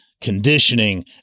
conditioning